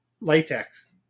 latex